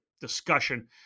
discussion